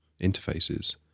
interfaces